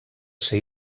ser